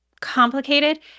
complicated